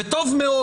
וטוב מאוד.